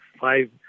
five